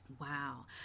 wow